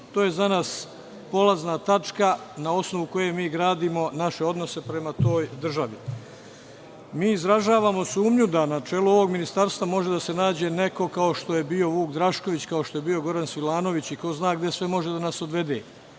To je za nas polazna tačka, na osnovu koje mi gradimo naše odnose prema toj državi. Mi izražavamo sumnju da na čelu ovog ministarstva može da se nađe neko kao što je bio Vuk Drašković, kao što je bio Goran Svilanović, i ko zna gde sve može da nas odvede.